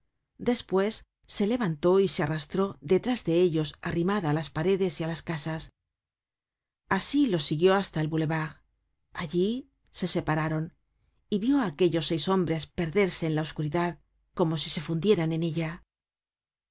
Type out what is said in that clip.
despues se levantó y se arrastró detrás de ellos arrimada á las paredes y á las casas asi los siguió hasta el boulevard allí se separaron y vió á aquellos seis hombres perderse en la oscuridad como si se fundieran en ella